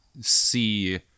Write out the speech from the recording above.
see